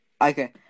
Okay